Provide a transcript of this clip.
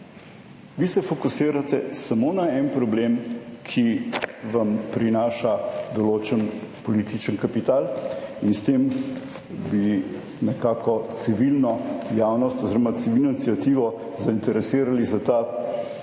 Vi se fokusirate samo na en problem, ki vam prinaša določen političen kapital in s tem bi nekako civilno javnost oziroma civilno iniciativo zainteresirali za ta